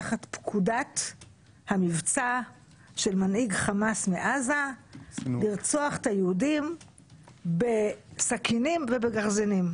תחת פקודת המבצע של מנהיג חמאס מעזה לרצוח את היהודים בסכינים ובגרזנים.